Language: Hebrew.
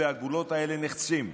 והגבולות האלה נחצים.